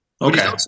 Okay